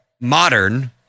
modern